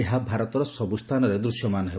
ଏହା ଭାରତର ସବୁସ୍ଚାନରେ ଦୁଶ୍ୟମାନ ହେବ